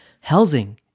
housing